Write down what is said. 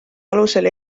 alusel